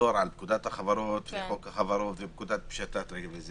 לחזור על פקודת החברות וחוק החברות ופקודת פשיטת הרגל,